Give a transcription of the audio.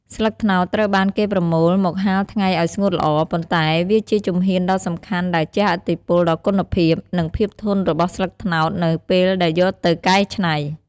ស្លឹកត្នោតត្រូវបានគេប្រមូលមកហាលថ្ងៃឱ្យស្ងួតល្អ ប៉ុន្តែវាជាជំហានដ៏សំខាន់ដែលជះឥទ្ធិពលដល់គុណភាព និងភាពធន់របស់ស្លឹកត្នោតនៅពេលដែលយកទៅកែច្នៃ។